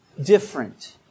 Different